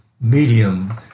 medium